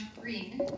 Green